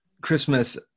Christmas